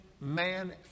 man